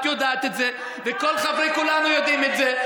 את יודעת את זה וכל חברי כולנו יודעים את זה,